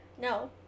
No